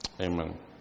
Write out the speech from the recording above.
Amen